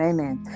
Amen